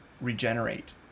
regenerate